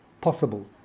possible